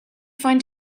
find